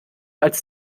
als